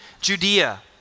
Judea